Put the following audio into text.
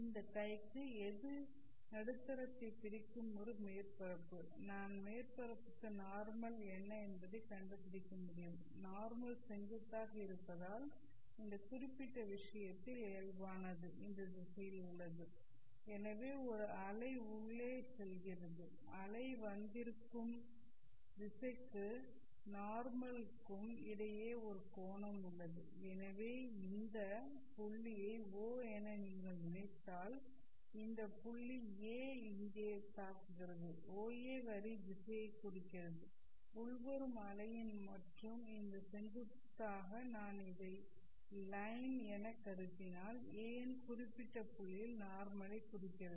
இந்த கைக்கு எது நடுத்தரத்தை பிரிக்கும் ஒரு மேற்பரப்பு நான் மேற்பரப்புக்கு நார்மல் என்ன என்பதைக் கண்டுபிடிக்க முடியும் நார்மல் செங்குத்தாக இருப்பதால் இந்த குறிப்பிட்ட விஷயத்தில் இயல்பானது இந்த திசையில் உள்ளது எனவே ஒரு அலை உள்ளது உள்ளே செல்கிறது அலை வந்திருக்கும் திசைக்கும் நார்மல்க்கும் இடையே ஒரு கோணம் உள்ளது எனவே இந்த புள்ளியை O என நீங்கள் நினைத்தால் இந்த புள்ளி A இங்கே தாக்குகிறது OA வரி திசையை குறிக்கிறது உள்வரும் அலையின் மற்றும் இந்த செங்குத்தாக நான் இதை லைன் N எனக் கருதினால் AN குறிப்பிட்ட புள்ளியில் நார்மல் ஐ குறிக்கிறது